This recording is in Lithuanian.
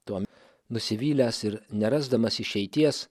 tuo nusivylęs ir nerasdamas išeities